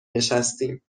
نشستیم